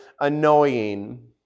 annoying